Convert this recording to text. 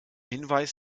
hinweis